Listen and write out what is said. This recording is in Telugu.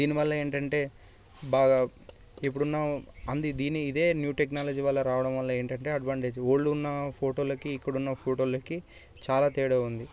దీనివల్ల ఏంటంటే బాగా ఇపుడున్న ఇదే న్యూ టెక్నాలజీ వల్ల రావడం వల్ల ఏమిటంటే అడ్వాంటేజు ఓల్డ్ ఉన్న ఫోటోలకి ఇప్పుడున్న ఫోటోలకి చాలా తేడా ఉంది